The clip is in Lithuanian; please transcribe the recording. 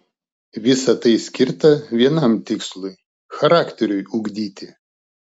visa tai skirta vienam tikslui charakteriui ugdyti